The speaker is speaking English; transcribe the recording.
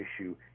issue